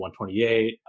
128